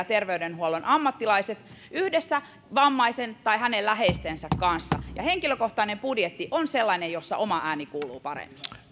terveydenhuollon ammattilaiset yhdessä vammaisen tai hänen läheistensä kanssa henkilökohtainen budjetti on sellainen jossa oma ääni kuuluu paremmin